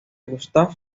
gustav